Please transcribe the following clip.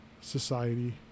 society